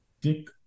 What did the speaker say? Dick